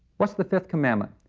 what's the fifth commandment?